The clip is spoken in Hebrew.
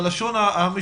בלשון המשפטית,